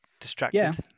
distracted